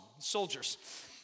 soldiers